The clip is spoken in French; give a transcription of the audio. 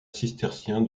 cistercien